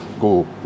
go